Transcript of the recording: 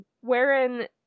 wherein